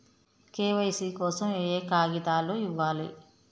KYC కోసం ఏయే కాగితాలు ఇవ్వాలి?